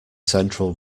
central